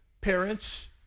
Parents